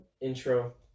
intro